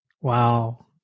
Wow